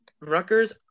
Rutgers